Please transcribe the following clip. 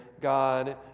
God